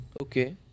Okay